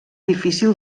difícil